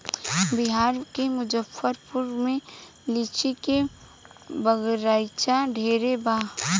बिहार के मुजफ्फरपुर में लीची के बगइचा ढेरे बा